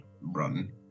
run